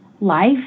life